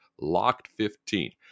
LOCKED15